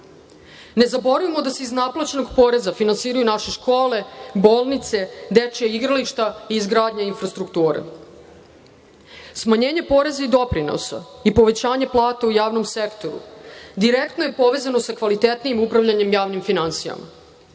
zaboravimo da se iz naplaćenog poreza finansiraju naše škole, bolnice, dečija igrališta i izgradnja infrastrukture. Smanjenje poreza i doprinosa i povećanje plata u javnom sektoru direktno je povezano sa kvalitetnijim upravljanjem javnih finansija. Sigurna